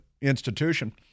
institution